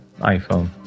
iPhone